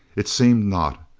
it seemed not.